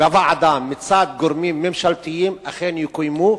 בוועדה מצד גורמים ממשלתיים אכן יקוימו.